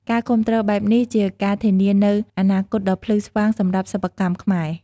ការគាំទ្របែបនេះ ជាការធានានូវអនាគតដ៏ភ្លឺស្វាងសម្រាប់សិប្បកម្មខ្មែរ។